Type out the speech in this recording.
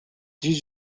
did